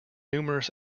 numerous